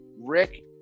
Rick